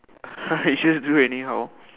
I just do anyhow